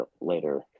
later